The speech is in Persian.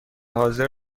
حاضر